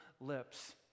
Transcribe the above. lips